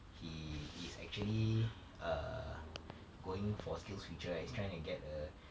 he is actually err going for skills future right he's trying to get a